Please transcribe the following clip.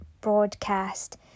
broadcast